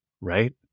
right